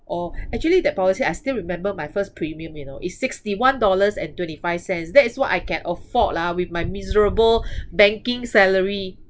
orh actually that policy I still remember my first premium you know it's sixty one dollars and twenty five cents that's what I can afford lah with my miserable banking salary